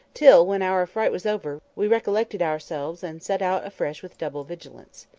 till, when our affright was over, we recollected ourselves and set out afresh with double valiance.